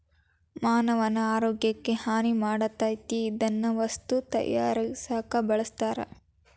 ಮಾನವನ ಆರೋಗ್ಯಕ್ಕ ಹಾನಿ ಮಾಡತತಿ ಇದನ್ನ ವಸ್ತು ತಯಾರಸಾಕು ಬಳಸ್ತಾರ